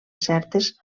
certes